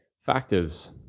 factors